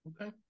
Okay